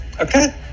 Okay